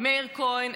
מאיר כהן,